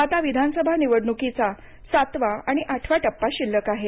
आता विधान सभा निवडणुकीचा सातवा आणि आठवा टप्पा शिल्लक आहे